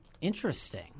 Interesting